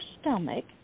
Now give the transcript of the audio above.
stomach